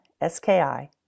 S-K-I